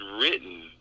written